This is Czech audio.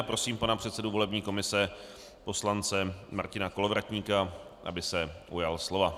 Prosím pana předsedu volební komise poslance Martina Kolovratníka, aby se ujal slova.